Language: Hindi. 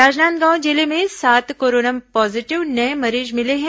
राजनांदगांव जिले में सात कोरोना पॉजीटिव नये मरीज मिले हैं